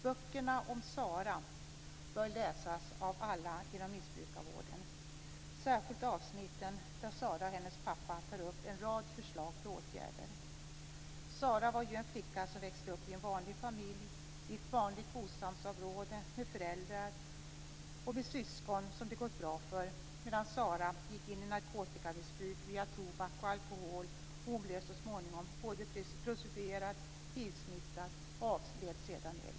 Böckerna om Sara bör läsas av alla inom missbrukarvården, särskilt de avsnitt där Sara och hennes pappa tar upp en rad förslag till åtgärder. Sara var en flicka som växte upp i en vanlig familj, i ett vanligt bostadsområde med föräldrar och med syskon som det gått bra för, medan Sara gick in i narkotikamissbruk via tobak och alkohol. Hon blev så småningom både prostituerad och hivsmittad och avled sedan i aids.